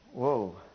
Whoa